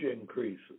increases